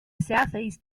southeast